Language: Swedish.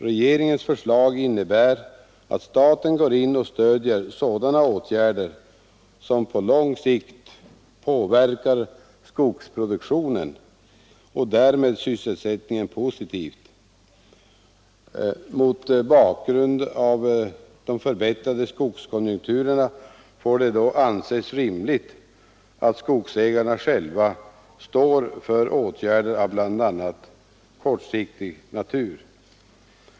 Regeringens förslag innebär att staten går in och stöder sådana åtgärder som på lång sikt påverkar skogsproduktionen och därmed sysselsättningen positivt. Mot bakgrund av de förbättrade skogskonjunkturerna får det då anses rimligt att skogsägarna själva står för åtgärder av bl.a. kortsiktig natur.